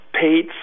paid